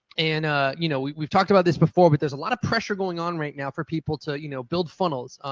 and ah you know we've talked about this before but there's a lot of pressure going on right now for people to you know build funnels.